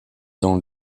dans